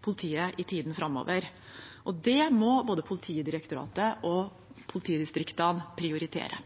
politiet i tiden framover, og det må både Politidirektoratet og politidistriktene prioritere.